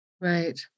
Right